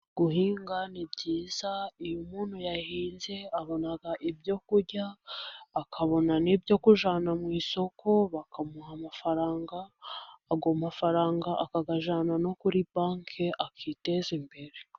Guhinga ni byiza. Iyo umuntu yahinze abona ibyo kurya. Akabona n'ibyo kujyana mu isoko. Bakamuha amafaranga. Ayo mafaranga akajyana no kuri banki akiteza imbere.